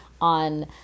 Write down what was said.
on